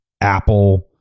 Apple